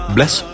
Bless